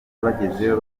bagezeyo